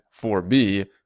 4B